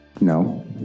No